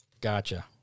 Gotcha